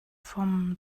from